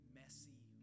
messy